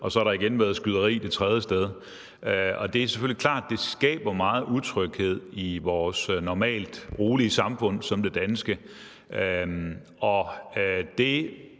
og så har der igen været skyderi det tredje sted. Det er selvfølgelig klart, at det skaber meget utryghed i vores normalt rolige danske